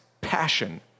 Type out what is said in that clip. passion